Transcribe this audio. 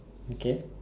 okay